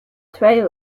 trail